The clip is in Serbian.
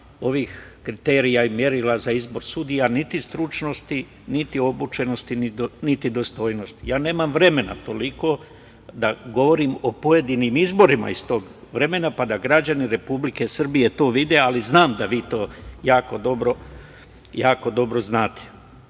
ovih kriterijuma i merila za izbor sudija, niti stručnosti, niti obučenosti, niti dostojnosti. Ja nemam vremena toliko da govorim o pojedinim izborima iz tog vremena, pa da građani Republike Srbije to vide, ali znam da vi to jako dobro znate.